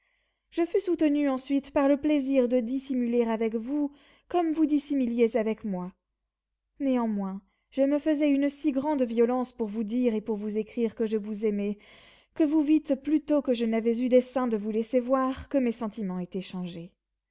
je fus soutenue ensuite par le plaisir de dissimuler avec vous comme vous dissimuliez avec moi néanmoins je me faisais une si grande violence pour vous dire et pour vous écrire que je vous aimais que vous vîtes plus tôt que je n'avais eu dessein de vous laisser voir que mes sentiments étaient changés